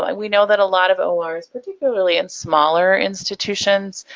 we know that a lot of ors, particularly in smaller institutions,